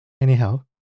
Anyhow